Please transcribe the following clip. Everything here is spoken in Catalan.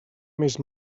més